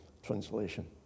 translation